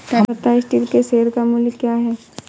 Tata Steel के share का मूल्य क्या है?